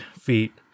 feet